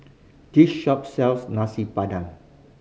this shop sells Nasi Padang